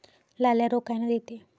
लाल्या रोग कायनं येते?